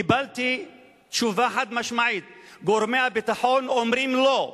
קיבלתי תשובה חד-משמעית: גורמי הביטחון אומרים "לא".